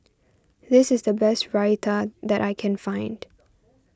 this is the best Raita that I can find